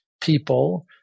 people